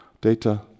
data